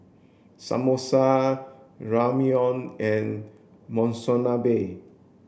Samosa Ramyeon and Monsunabe